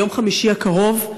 ביום חמישי הקרוב,